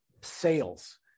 sales